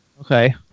Okay